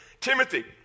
Timothy